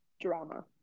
drama